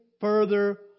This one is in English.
further